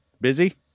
busy